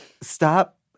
Stop